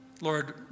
Lord